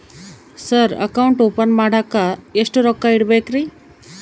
Sir account open ಮಾಡಾಕ ಎಷ್ಟು ರೊಕ್ಕ ಇಡಬೇಕ್ರಿ?